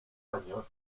años